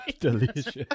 Delicious